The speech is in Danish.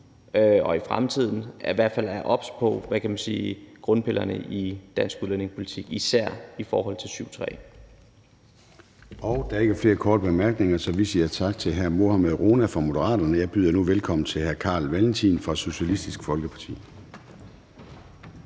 og i fremtiden i hvert fald er obs på grundpillerne i dansk udlændingepolitik, især i forhold til § 7, stk. 3. Kl. 21:07 Formanden (Søren Gade): Der er ikke flere korte bemærkninger, så vi siger tak til hr. Mohammad Rona fra Moderaterne. Jeg byder nu velkommen til hr. Carl Valentin fra Socialistisk Folkeparti.